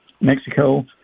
Mexico